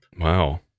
wow